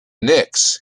knicks